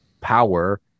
power